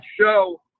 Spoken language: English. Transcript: show